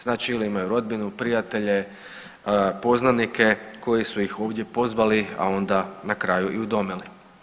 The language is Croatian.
Znači ili imaju rodbinu, prijatelje, poznanike koji su ih ovdje pozvali, a onda na kraju i udomili.